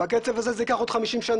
בקצב הזה זה ייקח 50 שנה.